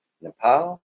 Nepal